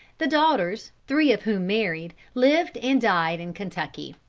the daughters, three of whom married, lived and died in kentucky.